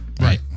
right